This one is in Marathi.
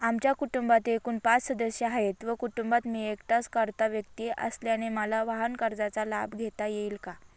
आमच्या कुटुंबात एकूण पाच सदस्य आहेत व कुटुंबात मी एकटाच कर्ता व्यक्ती असल्याने मला वाहनकर्जाचा लाभ घेता येईल का?